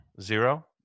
Zero